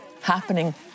happening